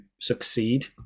succeed